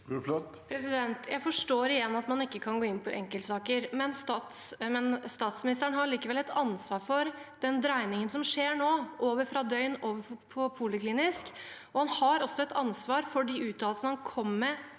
Jeg forstår igjen at man ikke kan gå inn på enkeltsaker, men statsministeren har likevel et ansvar for den dreiningen som skjer nå fra døgnopphold over til poliklinisk, og han har også et ansvar for de uttalelsene han kom med